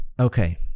Okay